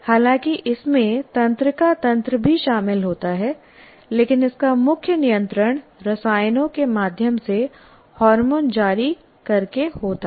हालांकि इसमें तंत्रिका तंत्र भी शामिल होता है लेकिन इसका मुख्य नियंत्रण रसायनों के माध्यम से हार्मोन जारी करके होता है